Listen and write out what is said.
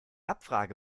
abfrage